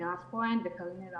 לדברים.